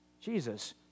Jesus